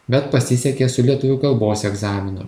bet pasisekė su lietuvių kalbos egzaminu